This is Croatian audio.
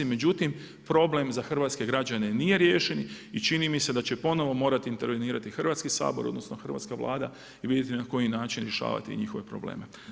Međutim, problem za hrvatske građane nije riješen i čini mi se da će ponovo morati intervenirati Hrvatski sabor, odnosno hrvatska Vlada i vidjeti na koji način rješavati njihove probleme.